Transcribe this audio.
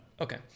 okay